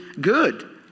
good